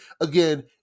Again